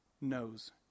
knows